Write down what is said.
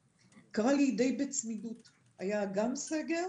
קרה לי די בצמידות שהיה גם סגר